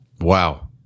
Wow